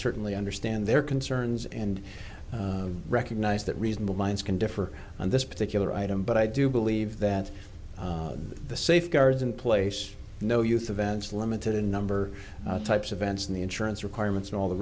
certainly understand their concerns and recognize that reasonable minds can differ on this particular item but i do believe that the safeguards in place no youth advance limited in number of types of events and the insurance requirements and all the